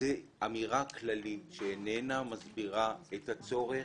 זו אמירה כללית, שאיננה מסבירה את הצורך,